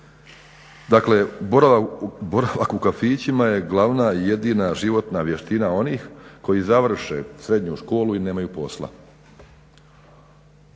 Dakle, boravak u kafićima je glavna i jedina životna vještina onih koji završe srednju školu i nemaju posla.